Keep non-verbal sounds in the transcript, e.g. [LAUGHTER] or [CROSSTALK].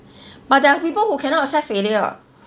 [BREATH] but there are people who cannot accept failure